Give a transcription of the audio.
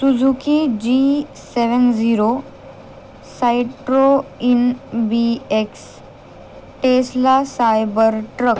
Suzuki G seven zero Citroen B X Tesla cyber truck